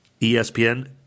ESPN